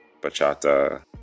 bachata